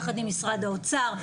יחד עם משרד האוצר,